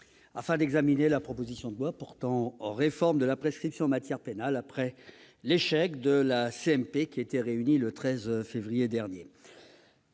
afin d'examiner la proposition de loi portant réforme de la prescription en matière pénale, après l'échec de la commission mixte paritaire réunie le 13 février dernier.